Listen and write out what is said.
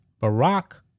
Barack